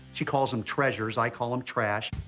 she calls them treasures. i call them trash.